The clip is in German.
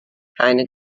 keine